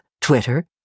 Twitter